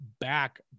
back